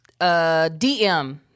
DM